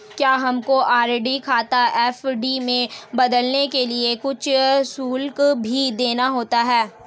क्या हमको आर.डी खाता एफ.डी में बदलने के लिए कुछ शुल्क भी देना होता है?